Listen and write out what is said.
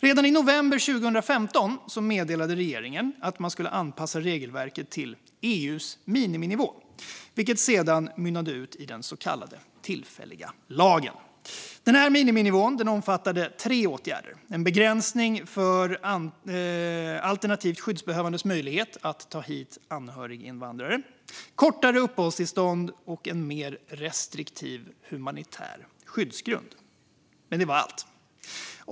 Redan i november 2015 meddelade regeringen att man skulle anpassa regelverket till EU:s miniminivå, vilket sedan mynnade ut i den så kallade tillfälliga lagen. Miniminivån omfattade tre åtgärder: begränsning för alternativt skyddsbehövande att ta hit anhöriginvandrare, kortare uppehållstillstånd och en mer restriktiv humanitär skyddsgrund. Det var allt.